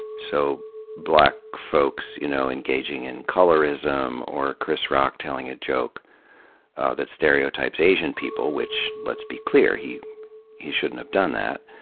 so black folks you know engaging in colorism or chris rock telling a joke that stereotypes asian people, which, let's be clear, he he shouldn't have done that.